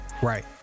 Right